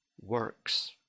works